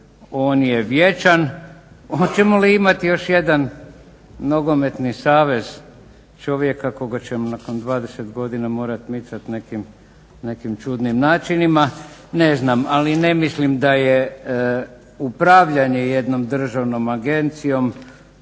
On je vječan. Hoćemo li imati još jedan nogometni savez, čovjeka koga ćemo nakon 20 godina morati micati nekim čudnim načinima ne znam ali ne mislim da je upravljanje jednom državnom agencijom